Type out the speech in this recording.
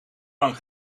lang